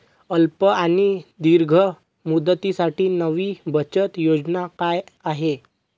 अल्प आणि दीर्घ मुदतीसाठी नवी बचत योजना काय आहे?